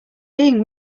being